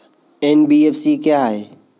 NBFC क्या है?